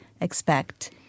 expect